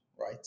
right